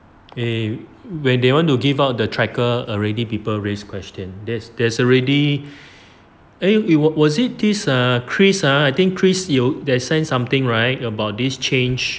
eh when they want to give out the tracker already people raised question there's there's already a was it err chris ah I think chris 有 say something right about this change